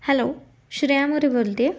hello Shreya More बोलत आहे